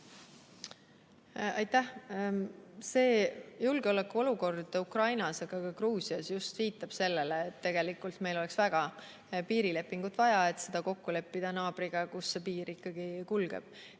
Aitäh! Julgeolekuolukord Ukrainas ja Gruusias just viitab sellele, et tegelikult oleks meil väga piirilepingut vaja. Tuleb kokku leppida naabriga, kus see piir ikkagi kulgeb,